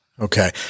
Okay